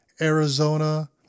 Arizona